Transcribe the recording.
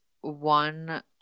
one